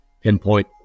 pinpoint